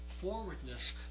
forwardness